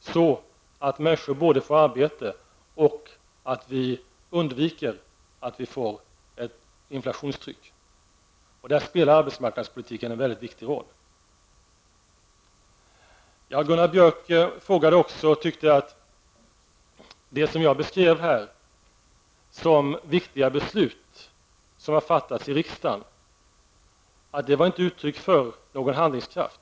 så att människor får arbete samtidigt som vi undviker att få ett inflationstryck. Arbetsmarknadspolitiken spelar en mycket viktig roll i detta arbete. Gunnar Björk tyckte också att det som jag här beskrev som viktiga beslut som har fattats i riksdagen inte var uttryck för någon handlingskraft.